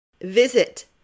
Visit